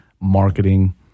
marketing